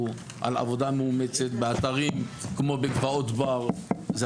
על עבודה מאומצת באתרים כמו בגבעות בר.